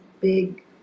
big